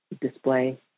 display